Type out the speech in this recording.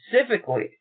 specifically